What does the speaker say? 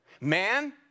Man